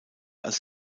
als